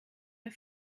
der